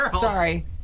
sorry